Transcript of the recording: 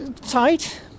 tight